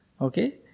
okay